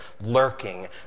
lurking